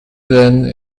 then